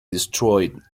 destroyed